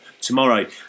tomorrow